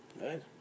Right